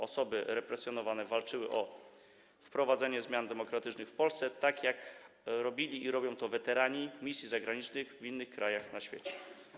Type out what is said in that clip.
Osoby represjonowane walczyły o wprowadzenie zmian demokratycznych w Polsce tak, jak robili to i robią weterani misji zagranicznych w innych krajach na świecie.